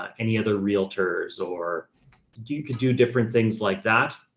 any other realtors or do you could do different things like that.